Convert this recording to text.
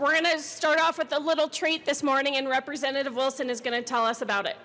we're going to start off with the little treat this morning and representative wilson is going to tell us about it